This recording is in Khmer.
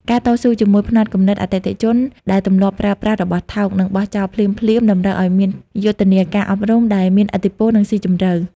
ការតស៊ូជាមួយផ្នត់គំនិតអតិថិជនដែលទម្លាប់ប្រើប្រាស់របស់ថោក និងបោះចោលភ្លាមៗ តម្រូវឱ្យមានយុទ្ធនាការអប់រំដែលមានឥទ្ធិពល និងស៊ីជម្រៅ។